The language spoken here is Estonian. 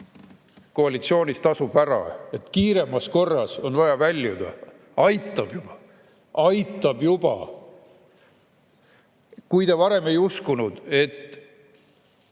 koalitsioonis tasub ära. Kiiremas korras on vaja väljuda. Aitab, aitab juba! Kui te varem ei uskunud, et